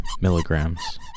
milligrams